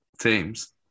teams